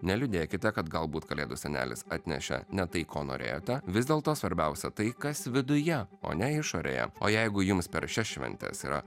neliūdėkite kad galbūt kalėdų senelis atnešė ne tai ko norėjote vis dėlto svarbiausia tai kas viduje o ne išorėje o jeigu jums per šias šventes yra